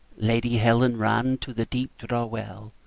lady helen ran to the deep draw-well,